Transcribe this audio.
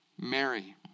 Mary